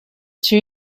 two